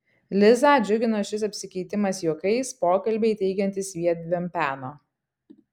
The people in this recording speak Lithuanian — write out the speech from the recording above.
lizą džiugino šis apsikeitimas juokais pokalbiai teikiantys jiedviem peno